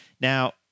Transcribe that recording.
Now